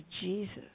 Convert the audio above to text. Jesus